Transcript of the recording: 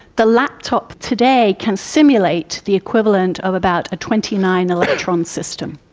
the laptop today can simulate the equivalent of about a twenty nine electron system.